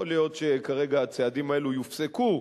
יכול להיות שכרגע הצעדים האלה יופסקו,